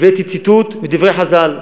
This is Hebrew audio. הבאתי ציטוט מדברי חז"ל,